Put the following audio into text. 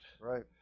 Right